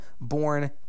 born